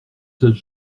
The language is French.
seules